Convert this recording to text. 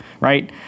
right